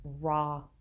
raw